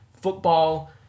football